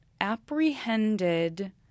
apprehended